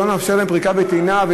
ולא נאפשר להם פריקה וטעינה,